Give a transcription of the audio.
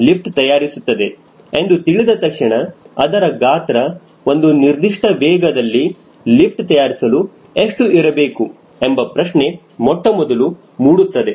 ರೆಕ್ಕೆ ಲಿಫ್ಟ್ ತಯಾರಿಸುತ್ತದೆ ಎಂದು ತಿಳಿದ ತಕ್ಷಣ ಅದರ ಗಾತ್ರ ಒಂದು ನಿರ್ದಿಷ್ಟ ವೇಗದಲ್ಲಿ ಲಿಫ್ಟ್ ತಯಾರಿಸಲು ಎಷ್ಟು ಇರಬೇಕು ಎಂಬ ಪ್ರಶ್ನೆ ಮೊಟ್ಟಮೊದಲು ಮೂಡುತ್ತದೆ